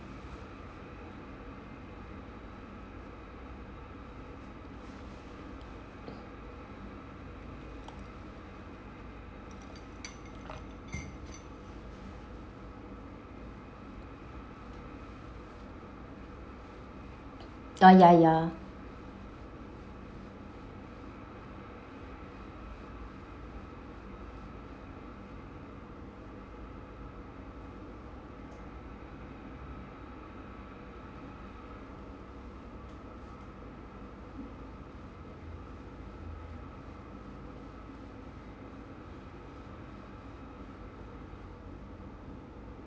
ya ya ya